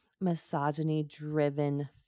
misogyny-driven